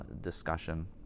discussion